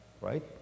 right